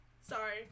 Sorry